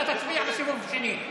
אתה תצביע בסיבוב השני.